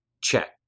Check